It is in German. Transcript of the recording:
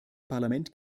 parlament